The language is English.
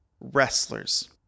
wrestlers